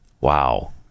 Wow